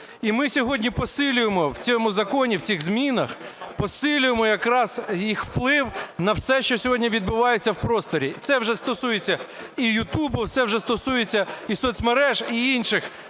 І ми сьогодні посилюємо в цьому законі, в цих змінах посилюємо якраз їх вплив на все, що сьогодні відбувається у просторі. Це вже стосується і ютубу, це вже стосується і соцмереж, і інших